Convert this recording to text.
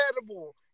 incredible